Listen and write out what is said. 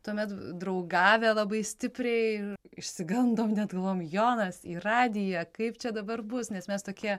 tuomet draugavę labai stipriai ir išsigandom net galvom jonas į radiją kaip čia dabar bus nes mes tokie